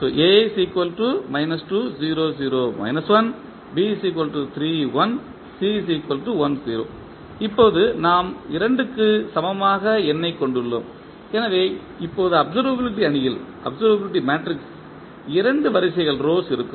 A 2 0 0 1 B 3 1 C 1 0 இப்போது நாம் 2 க்கு சமமாக n ஐக் கொண்டுள்ளோம் எனவே இப்போது அப்சர்வபிலிட்டி அணியில் இரண்டு வரிசைகள் இருக்கும்